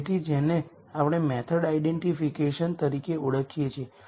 તેથી જેને આપણે મેથડ આઇડેન્ટિફિકેશન તરીકે ઓળખીએ છીએ